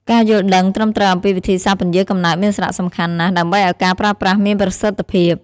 ការយល់ដឹងត្រឹមត្រូវអំពីវិធីសាស្ត្រពន្យារកំណើតមានសារៈសំខាន់ណាស់ ដើម្បីឲ្យការប្រើប្រាស់មានប្រសិទ្ធភាព។